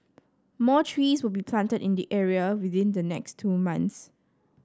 more trees will be planted in the area within the next two months